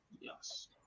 Yes